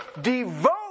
devote